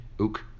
Ook